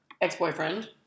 ex-boyfriend